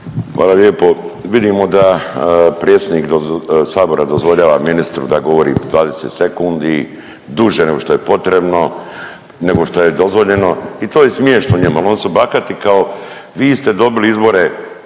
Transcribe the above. Hvala lijepo. Vidimo da predsjednik sabora dozvoljava ministru da govori 20 sekundi duže nego što je potrebno, nego što je dozvoljeno i to je smiješno njima, oni su bahati kao, vi ste dobili izbore